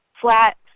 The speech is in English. flat